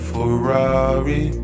Ferrari